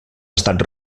estat